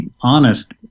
honest